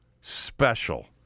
special